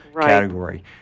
category